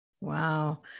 Wow